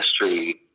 history